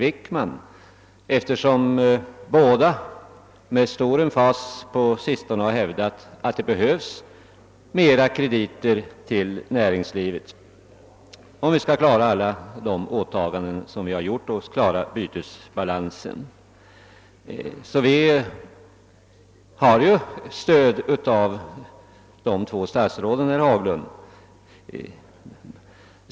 Båda har nämligen på sistone med stor emfas hävdat, att det behövs mera krediter till näringslivet, om vi skall kunna klara alla de åtaganden vi har gjort och klara bytesbalansen. Vi har alltså stöd av de båda statsråden, herr Haglund.